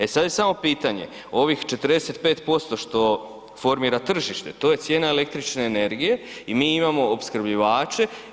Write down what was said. E sad je samo pitanje ovih 45% što formira tržište, to je cijena električne energije i mi imamo opskrbljivače.